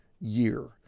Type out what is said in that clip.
year